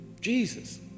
Jesus